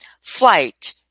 flight